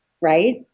right